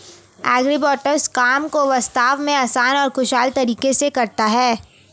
agribots काम को वास्तव में आसान और कुशल तरीके से करता है